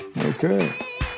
Okay